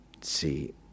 see